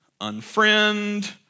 Unfriend